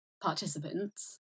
participants